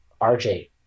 RJ